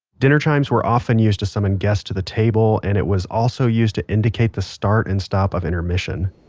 dinner chimes were often used to summon guests to the table and it was also used to indicate the start and stop of intermission